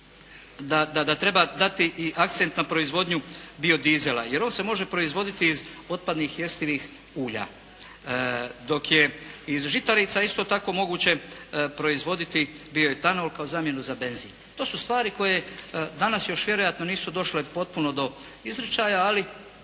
da treba dati i akcent na proizvodnju bio dizela, jer on se može proizvoditi iz otpadnih jestivih ulja dok je iz žitarica isto tako moguće proizvoditi bio etanol kao zamjenu za benzin. To su stvari koje danas još vjerojatno nisu došle potpuno do izričaja, ali